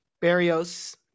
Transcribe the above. Barrios